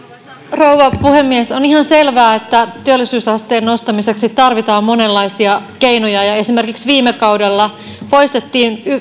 rouva puhemies on ihan selvää että työllisyysasteen nostamiseksi tarvitaan monenlaisia keinoja ja esimerkiksi viime kaudella poistettiin